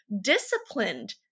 disciplined